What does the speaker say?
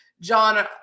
John